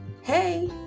Hey